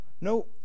no